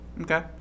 Okay